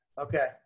Okay